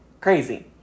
crazy